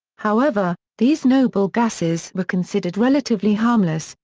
however, these noble gases were considered relatively harmless,